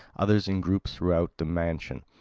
others in groups throughout the mansion.